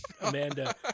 Amanda